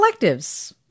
collectives